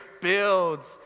builds